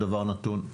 הדבר נתון.